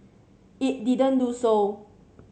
it did not do so